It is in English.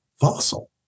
fossil